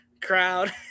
crowd